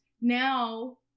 now